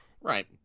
Right